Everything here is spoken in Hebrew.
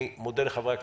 אני מודה לחברי הכנסת.